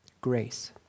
Grace